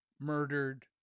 murdered